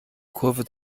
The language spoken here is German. kurve